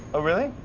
oh, really?